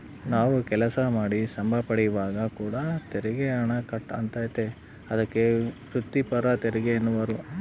ನಾವು ಕೆಲಸ ಮಾಡಿ ಸಂಬಳ ಪಡೆಯುವಾಗ ಕೂಡ ತೆರಿಗೆ ಹಣ ಕಟ್ ಆತತೆ, ಅದಕ್ಕೆ ವ್ರಿತ್ತಿಪರ ತೆರಿಗೆಯೆನ್ನುವರು